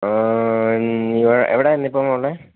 ആ എവിടെ ആയിരുന്നു ഇപ്പം ഉള്ളത്